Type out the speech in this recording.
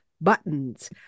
buttons